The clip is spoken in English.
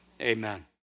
amen